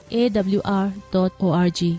awr.org